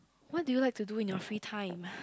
what do you like to do in your free time